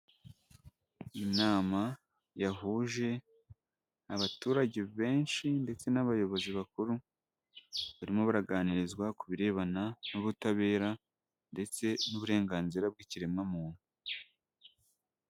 Inama yahuje abaturage benshi ndetse n'abayobozi bakuru, barimo baganirizwa ku birebana n'ubutabera ndetse n'uburenganzira bw'ikiremwamuntu.